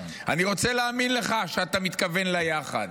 אני רוצה להאמין לך שאתה מתכוון ליחד.